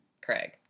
Craig